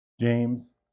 James